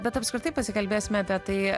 bet apskritai pasikalbėsime apie tai